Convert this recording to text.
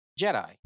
Jedi